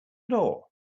door